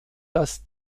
dass